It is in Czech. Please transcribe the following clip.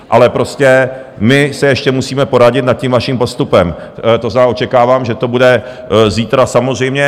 Ale my se ještě musíme poradit nad tím vaším postupem, to znamená, očekávám, že to bude zítra samozřejmě.